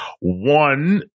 one